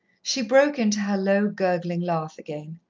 she broke into her low, gurgling laugh again.